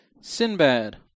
Sinbad